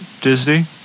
Disney